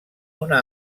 una